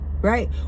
Right